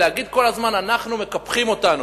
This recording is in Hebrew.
להגיד כל הזמן מקפחים אותנו,